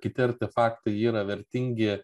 kiti artefaktai yra vertingi